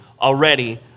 already